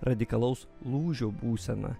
radikalaus lūžio būsena